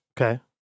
Okay